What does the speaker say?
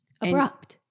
Abrupt